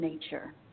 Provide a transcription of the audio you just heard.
nature